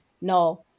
No